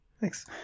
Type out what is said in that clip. Thanks